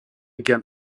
gern